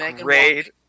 great